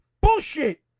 Bullshit